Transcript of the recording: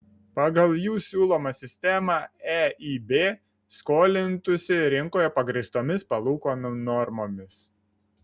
pagal jų siūlomą sistemą eib skolintųsi rinkoje pagrįstomis palūkanų normomis